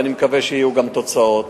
ואני מקווה שיהיו גם תוצאות.